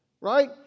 Right